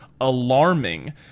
alarming